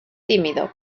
tímido